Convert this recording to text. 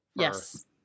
Yes